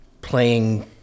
playing